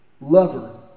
Lover